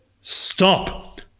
stop